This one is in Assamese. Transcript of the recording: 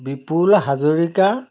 বিপুল হাজৰিকা